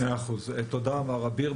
תודה, מר אביר.